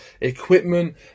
equipment